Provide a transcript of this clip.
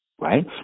right